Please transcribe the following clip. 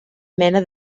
mena